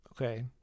Okay